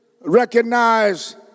recognize